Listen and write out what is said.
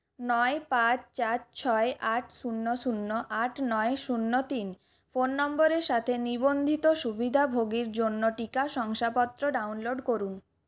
নয় পাঁচ চার ছয় আট শূন্য শূন্য আট নয় শূন্য তিন ফোন নম্বরের সাথে নিবন্ধিত সুবিধাভোগীর জন্য টিকা শংসাপত্র ডাউনলোড করুন